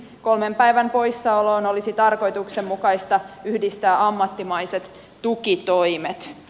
kolmen päivän poissaoloon olisi tarkoituksenmukaista yhdistää ammattimaiset tukitoimet